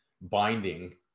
binding